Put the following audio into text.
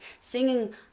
singing